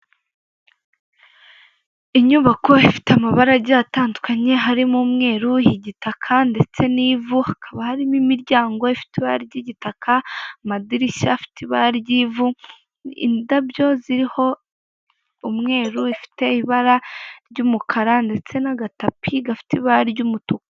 Inyubako ifite amabara agiye atandukanye harimo umweru,i gitaka ndetse n'ivu hakaba harimo imirango ifite ibara ry'igitaka, amadirishya afite ibara ry'ivu, indabyo ziriho umweru ifite ibara ry'umukara ndetse n'agatapi gafite ibara ry'umutuku.